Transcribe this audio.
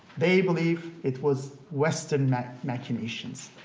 they believe it was western machinations.